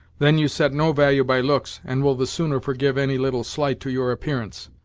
then you set no value by looks, and will the sooner forgive any little slight to your appearance.